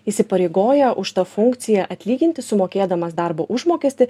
įsipareigoja už tą funkciją atlyginti sumokėdamas darbo užmokestį